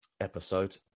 episode